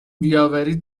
بیاوری